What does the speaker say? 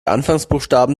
anfangsbuchstaben